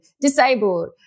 disabled